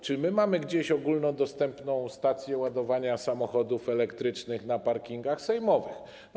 Czy my mamy gdzieś ogólnodostępną stację ładowania samochodów elektrycznych na parkingach sejmowych?